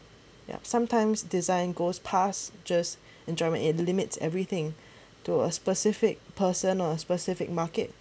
yup sometimes design goes pass just in enjoy the limits everything to a specific person or a specific market